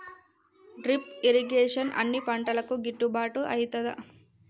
Drip irrigation అన్ని పంటలకు గిట్టుబాటు ఐతదా?